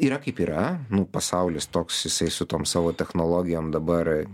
yra kaip yra nu pasaulis toks jisai su tom savo technologijom dabar